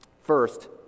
First